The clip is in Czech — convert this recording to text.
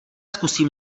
zkusím